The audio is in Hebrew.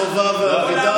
חברי הכנסת סובה ואבידר,